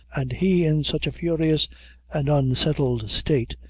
and he in such a furious and unsettled state,